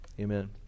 Amen